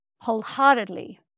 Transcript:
wholeheartedly